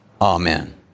Amen